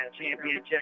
championship